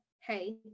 hey